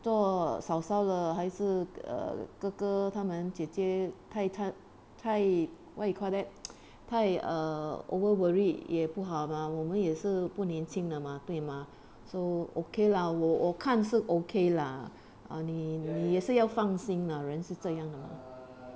做嫂嫂了还是哦哥哥他们姐姐太太太 what you call that 太 err over worry 也不好吗我们也是不年轻了吗对吗 so okay lah 我我看是 okay lah ah 你也是要放心呐人是这样的吗